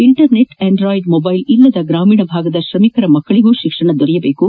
internet android mobile ಇಲ್ಲದ ಗ್ರಾಮೀಣ ಭಾಗದ ಶ್ರಮಿಕರ ಮಕ್ಕಳಿಗೂ ಶಿಕ್ಷಣ ದೊರೆಯಬೇಕು